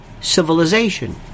civilization